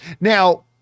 Now